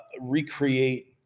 recreate